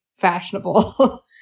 fashionable